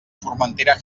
formentera